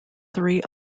three